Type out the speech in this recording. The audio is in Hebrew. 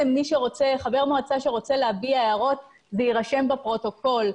חבר מועצה שרוצה להביע הערות, זה יירשם בפרוטוקול.